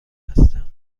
هستم